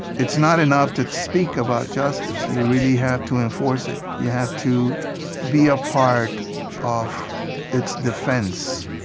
it's not enough to speak about justice. you really have to enforce it. you have to be a part of its defense,